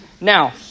Now